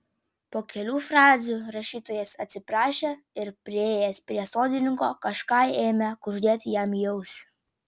po kelių frazių rašytojas atsiprašė ir priėjęs prie sodininko kažką ėmė kuždėti jam į ausį